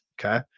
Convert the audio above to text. okay